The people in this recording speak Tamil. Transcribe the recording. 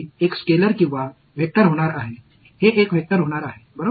எனவே இந்த வால்யூம் இறுதியாக இது ஸ்கேலார் ஆக இருக்குமா